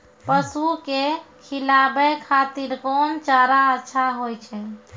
पसु के खिलाबै खातिर कोन चारा अच्छा होय छै?